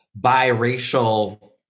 biracial